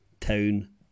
town